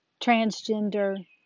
transgender